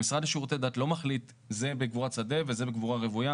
המשרד לשירותי דת לא מחליט זה בקבורת שדה וזה בקבורה רוויה,